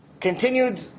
Continued